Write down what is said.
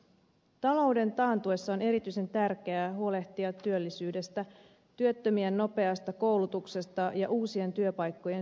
talouden taantuessa on erityisen tärkeää huolehtia työllisyydestä työttömien nopeasta koulutuksesta ja uusien työpaikkojen synnystä